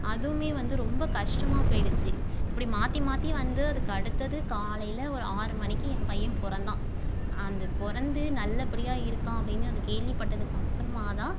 அதுவுமே வந்து ரொம்ப கஷ்டமாக போயிடுச்சு இப்படி மாற்றி மாற்றி வந்து அதற்கடுத்தது காலையில் ஒரு ஆறு மணிக்கு என் பையன் பிறந்தான் அது பிறந்து நல்லபடியாக இருக்கான் அப்படினு அதை கேள்விப்பட்டதுக்கு அப்பறமாக தான்